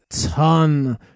ton